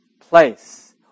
place